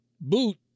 boot